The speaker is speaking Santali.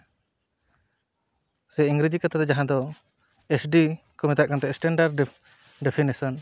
ᱥᱮ ᱤᱝᱨᱮᱡᱤ ᱠᱟᱛᱷᱟ ᱛᱮ ᱡᱟᱦᱟᱸ ᱫᱚ ᱮᱥ ᱰᱤ ᱠᱚ ᱢᱮᱛᱟᱜ ᱠᱟᱱ ᱛᱟᱦᱮᱸᱫ ᱮᱥᱴᱮᱱᱰᱟᱨᱰ ᱰᱮᱯᱷᱤᱱᱮᱥᱚᱱ